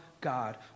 God